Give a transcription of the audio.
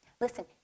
Listen